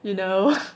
you know